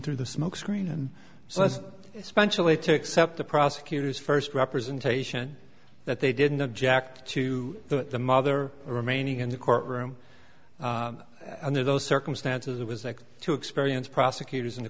through the smoke screen and so as especially to accept the prosecutor's first representation that they didn't object to the mother remaining in the courtroom under those circumstances it was like to experience prosecutors in the